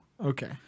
Okay